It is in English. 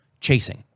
chasing